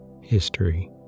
History